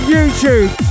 YouTube